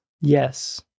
Yes